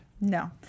No